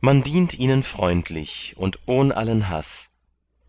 man dient ihnen freundlich und ohn allen haß